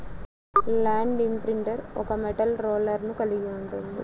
land imprinter ఒక metal రోలర్ను కలిగి ఉంటుంది